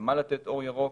למה לתת אור ירוק.